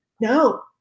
No